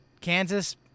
Kansas